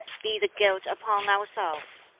be the guilt upon ourself!